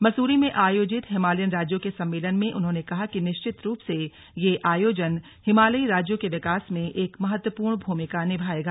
मसूरी में आयोजित हिमालयन राज्यों के सम्मेलन में उन्होंने कहा कि निश्चित रूप से यह आयोजन हिमालयी राज्यों के विकास में एक महत्वपूर्ण भूमिका निभाएगा